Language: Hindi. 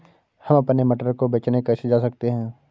हम अपने मटर को बेचने कैसे जा सकते हैं?